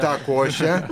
tą košę